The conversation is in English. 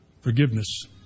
Forgiveness